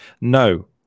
No